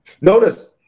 Notice